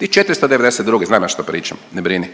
i '492. znam ja što pričam ne brini